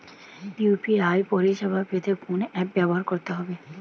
UPI পরিসেবা পেতে কোন অ্যাপ ব্যবহার করতে হবে?